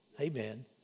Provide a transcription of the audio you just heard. Amen